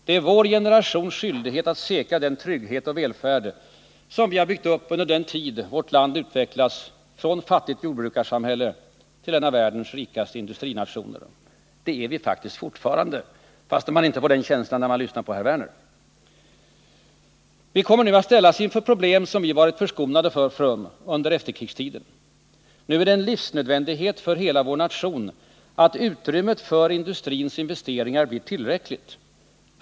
Det är vår generations skyldighet att säkra den trygghet och välfärd vi byggt upp under den tid vårt land utvecklats från fattigt jordbrukarsamhälle till en av världens rikaste industrinationer. Det är vi faktiskt fortfarande, trots att man inte får den känslan när man lyssnar till Lars Werner. Vi kommer att ställas inför problem som vi varit förskonade från under efterkrigstiden. Det är nu en livsnödvändighet för hela vår nation att utrymmet för industrins investeringar blir tillräckligt.